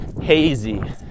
hazy